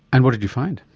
and what did you find?